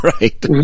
Right